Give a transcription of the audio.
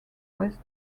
west